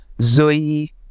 zoe